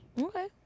Okay